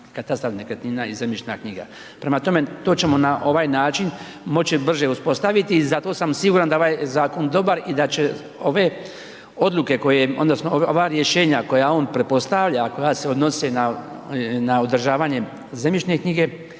katastar nekretnina i zemljišna knjiga. Prema tome, to ćemo na ovaj način moći brže uspostaviti i zato sam siguran da je ovaj zakon dobar i da će ove odluke odnosno ova rješenja koja on pretpostavlja a koja se odnose na održavanje zemljišne knjige,